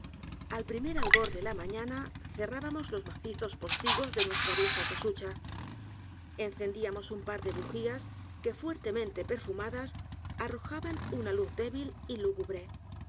al primer albor de la mañana cerrábamos los macizos postigos de nuestra vieja c a s u c h a encendíamos un p a r de bujías que fuertemente perfumadas arrojaban una luz débil y l